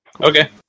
Okay